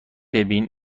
ببین